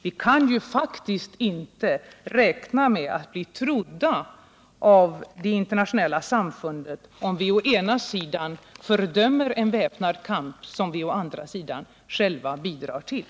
Vi kan faktiskt inte räkna med att bli trodda av det internationella samfundet om vi å ena sidan fördömer en väpnad kamp som vi å andra sidan själva bidrar till.